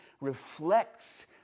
reflects